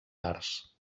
arts